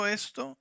esto